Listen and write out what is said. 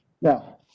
Now